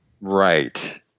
Right